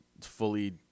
fully